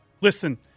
Listen